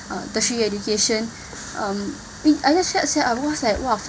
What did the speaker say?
uh tertiary education um if I just felt sad sia I almost !wah! for